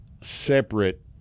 separate